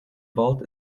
vault